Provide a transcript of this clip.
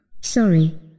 Sorry